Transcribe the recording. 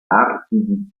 arti